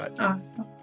Awesome